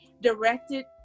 directed